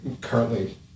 currently